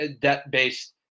debt-based